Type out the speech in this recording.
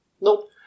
Nope